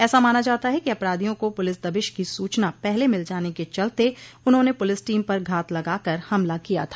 ऐसा माना जाता है कि अपराधियों को पुलिस दबिश की सूचना पहले मिल जाने के चलते उन्होंने पुलिस टीम पर घात लगाकर हमला किया था